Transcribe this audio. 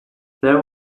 there